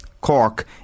Cork